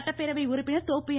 சட்டப்பேரவை உறுப்பினர் தோப்பு என்